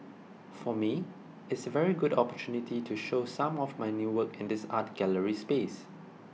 for me it's very good opportunity to show some of my new work in this art gallery space